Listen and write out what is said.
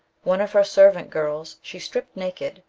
one of her servant-girls she stripped naked,